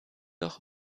doch